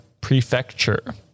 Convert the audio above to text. Prefecture